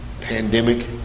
pandemic